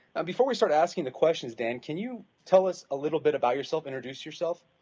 before we start asking the questions, dan, can you tell us a little bit about yourself, introduce yourself?